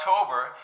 October